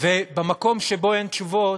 ובמקום שבו אין תשובות,